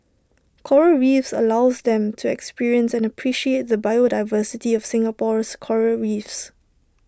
Coral reefs allows them to experience and appreciate the biodiversity of Singapore's Coral reefs